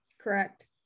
Correct